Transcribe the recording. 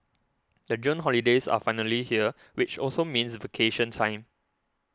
the June holidays are finally here which also means vacation time